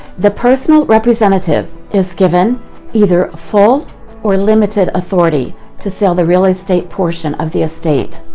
the personal representative is given either full or limited authority to sell the real estate portion of the estate.